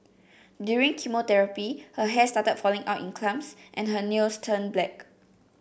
during chemotherapy her hair started falling out in clumps and her nails turned black